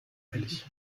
eilig